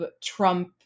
Trump